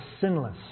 sinless